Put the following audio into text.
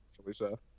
Felicia